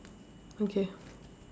okay